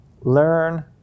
learn